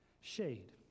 shade